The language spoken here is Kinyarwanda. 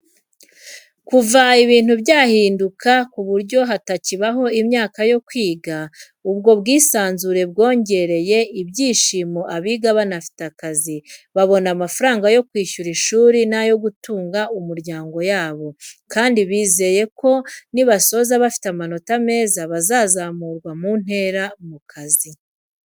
Kuva ibintu byahinduka ku buryo hatakibaho imyaka yo kwiga, ubwo bwisanzure bwongereye ibyishimo abiga banafite akazi, babona amafaranga yo kwishyura ishuri n'ayo gutunga umuryango yabo, kandi bizeye ko nibasoza bafite amanota meza, bazazamurwa mu ntera mu kazi.